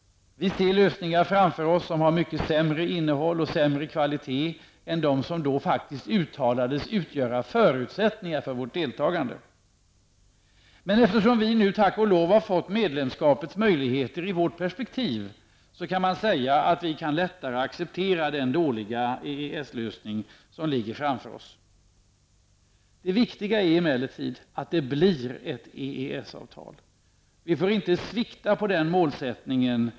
De lösningar vi nu ser framför oss har sämre innehåll och sämre kvalitet än de som då uttalades utgöra förutsättningar för vårt deltagande. Men eftersom vi nu, tack och lov, har fått medlemskapets möjligheter i vårt perspektiv kan man säga att vi lättare kan acceptera den dåliga EES-lösning som ligger framför oss. Det viktiga är emellertid att det blir ett EES-avtal. Vi får inte svikta när det gäller det målet.